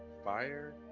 Fire